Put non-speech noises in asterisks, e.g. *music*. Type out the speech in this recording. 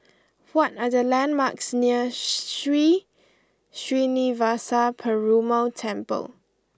what are the landmarks near *hesitation* Sri Srinivasa Perumal Temple